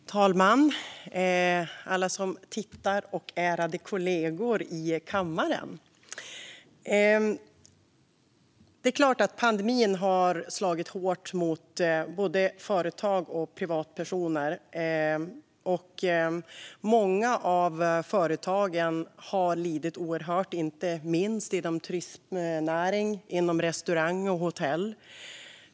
Fru talman, alla som tittar och ärade kollegor i kammaren! Det är klart att pandemin har slagit hårt mot både företag och privatpersoner. Många av företagen har lidit oerhört, inte minst inom turistnäring, restaurant och hotell.